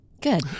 Good